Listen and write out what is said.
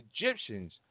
Egyptians